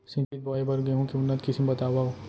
सिंचित बोआई बर गेहूँ के उन्नत किसिम बतावव?